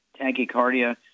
Tachycardia